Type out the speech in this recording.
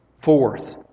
Fourth